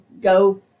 go